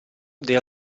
dei